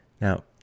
Now